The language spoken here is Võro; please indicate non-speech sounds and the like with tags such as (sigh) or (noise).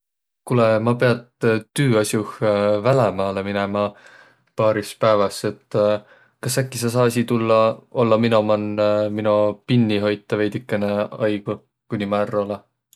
Kuulõq, ma piät tüüas'oh (hesitation) välämaalõ minemä paaris pääväs. Et (hesitation) kas äkki sa saasiq tullaq, ollaq mino man, (hesitation) mino pinni hoitaq veidükene aigu, kooniq ma ärq olõ?